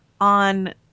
on